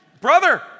Brother